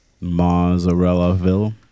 Mozzarella-ville